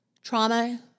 Trauma